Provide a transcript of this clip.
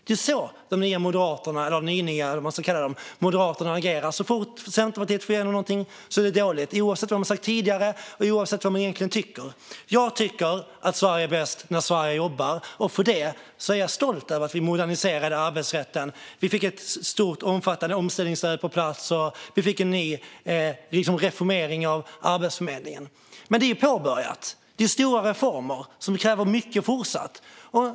Det är så de nya Moderaterna - de ny-nya, eller vad man ska kalla dem - agerar. Så fort Centerpartiet får igenom något är det dåligt, oavsett vad man har sagt tidigare och oavsett vad man egentligen tycker. Jag tycker att Sverige är bäst när Sverige jobbar. Därför är jag stolt över att vi moderniserade arbetsrätten. Vi fick ett stort och omfattande omställningsstöd på plats, och vi fick en reformering av Arbetsförmedlingen. Detta är stora reformer som har påbörjats, men de kräver mycket framöver.